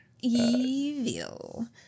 Evil